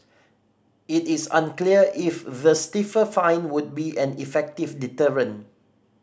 it is unclear if the stiffer fine would be an effective deterrent